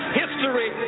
history